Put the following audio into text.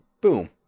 boom